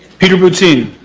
peter routine.